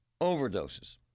overdoses